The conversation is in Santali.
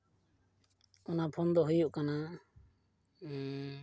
ᱚᱱᱟ ᱯᱷᱳᱱ ᱫᱚ ᱦᱩᱭᱩᱜ ᱠᱟᱱᱟ